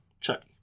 Chucky